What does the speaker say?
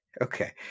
okay